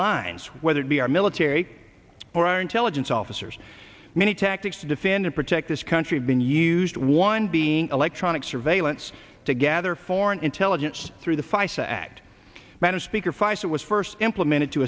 lines whether it be our military or intelligence officers many tactics to defend and protect this country been used one being electronic surveillance to gather foreign intelligence through the feis act better speaker fice it was first implemented to